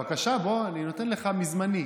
בבקשה, בוא, אני נותן לך מזמני.